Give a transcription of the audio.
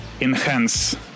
enhance